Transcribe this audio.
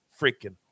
freaking